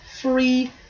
free